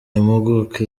impuguke